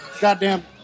goddamn